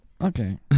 okay